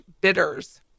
bitters